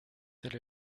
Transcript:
tel